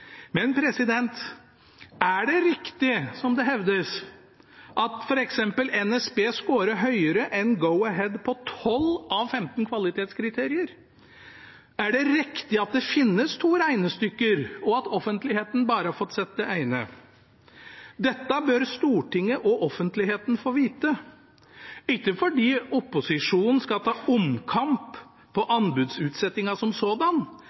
Men er det riktig, som det hevdes, at f.eks. NSB scorer høyere enn Go-Ahead på 12 av 15 kvalitetskriterier? Er det riktig at det finnes to regnestykker, og at offentligheten bare har fått se det ene? Dette bør Stortinget og offentligheten få vite, ikke fordi opposisjonen skal ta omkamp på anbudsutsettingen som sådan,